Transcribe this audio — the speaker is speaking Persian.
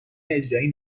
اجرایی